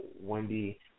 Wendy